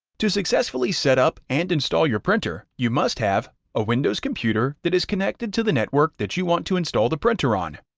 to successfully set up and install your printer, you must have a windows computer that is connected to the network that you want to install the printer on,